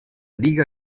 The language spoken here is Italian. diga